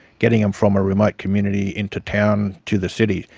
getting them from a remote community into town, to the city,